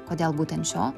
kodėl būtent šio